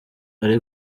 ari